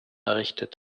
errichtet